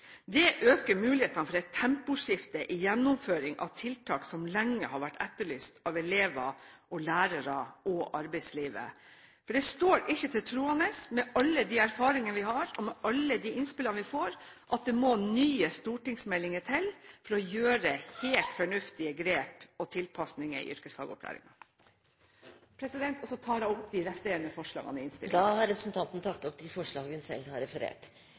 Det øker mulighetene for et temposkifte i gjennomføring av tiltak som lenge har vært etterlyst av elever, lærere og arbeidslivet. Det står ikke til troende – med alle de erfaringene vi har, og med alle de innspillene vi får – at det må nye stortingsmeldinger til for å gjøre helt fornuftige grep og tilpasninger i yrkesfagopplæringen. Så tar jeg opp de resterende forslagene i innstillingen. Da har representanten Elisabeth Aspaker tatt opp de forslagene hun